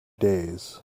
days